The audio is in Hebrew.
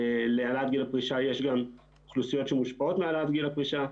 להעלאת גיל הפרישה יש גם אוכלוסיות שמושפעות מהעלאת גיל הפרישה,